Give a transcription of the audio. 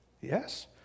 yes